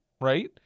right